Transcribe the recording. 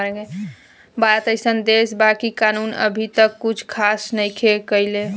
भारत एइसन देश बा इ कानून अभी तक कुछ खास नईखे कईले